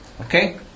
Okay